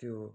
त्यो